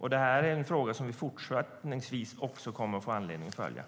Vi kommer att också fortsättningsvis ha anledning att följa den här frågan.